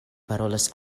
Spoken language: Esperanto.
parolas